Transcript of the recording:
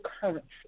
currency